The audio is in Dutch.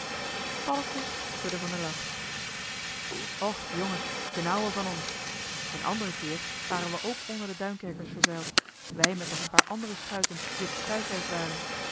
paddeltje schudde van den lach och jongen d'n ouwe van ons een anderen keer waren we ook onder de duinkerkers verzeild wij met nog een paar andere schuiten die op de thuisreis waren